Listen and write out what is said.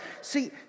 See